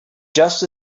just